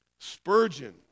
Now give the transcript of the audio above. Spurgeon